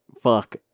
fuck